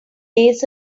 days